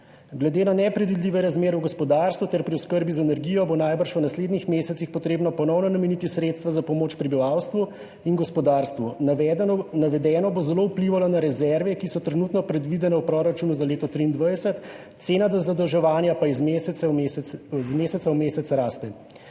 Glede na nepredvidljive razmere v gospodarstvu ter pri oskrbi z energijo bo najbrž v naslednjih mesecih potrebno ponovno nameniti sredstva za pomoč prebivalstvu in gospodarstvu. Navedeno bo zelo vplivalo na rezerve, ki so trenutno predvidene v proračunu za leto 2023, cena zadolževanja pa iz meseca v mesec raste.